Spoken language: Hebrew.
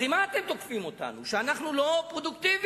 הרי מה אתם תוקפים אותנו, שאנחנו לא פרודוקטיביים,